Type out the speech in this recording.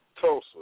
Tulsa